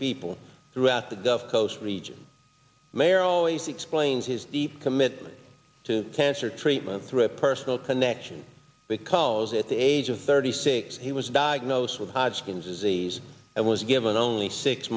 people throughout the gulf coast region mayor always explains his deep commitment to cancer treatment through a personal connection because at the age of thirty six he was diagnosed with hodgkin's disease and was given only six